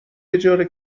اجاره